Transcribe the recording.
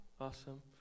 Awesome